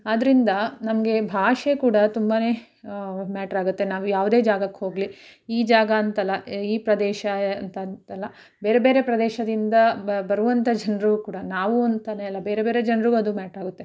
ಆದ್ದರಿಂದ ನಮಗೆ ಭಾಷೆ ಕೂಡ ತುಂಬನೇ ಮ್ಯಾಟ್ರಾಗುತ್ತೆ ನಾವು ಯಾವುದೇ ಜಾಗಕ್ಕೆ ಹೋಗಲಿ ಈ ಜಾಗ ಅಂತಲ್ಲ ಈ ಪ್ರದೇಶ ಅಂತಂತಲ್ಲ ಬೇರೆ ಬೇರೆ ಪ್ರದೇಶದಿಂದ ಬರುವಂಥ ಜನರು ಕೂಡ ನಾವು ಅಂತಲೇ ಅಲ್ಲ ಬೇರೆ ಬೇರೆ ಜನ್ರಿಗೂ ಅದು ಮ್ಯಾಟ್ರಾಗುತ್ತೆ